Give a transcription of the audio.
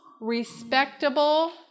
respectable